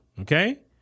Okay